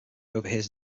overhears